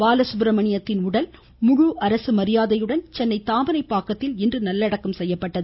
பாலசுப்ரமணியத்தின் உடல் முழு அரசு மரியாதையுடன் சென்னை தாமரைப்பாக்கத்தில் இன்று நல்லடக்கம் செய்யப்பட்டது